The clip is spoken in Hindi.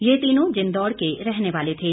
ये तीनों जिंदौड़ के रहने वाले थे